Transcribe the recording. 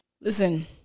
listen